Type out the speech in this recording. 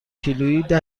کیلوییده